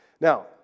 Now